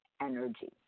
energy